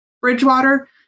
Bridgewater